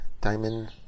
diamond